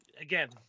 again